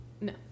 No